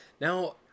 now